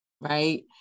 right